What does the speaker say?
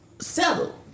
Settle